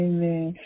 Amen